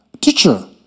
teacher